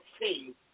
see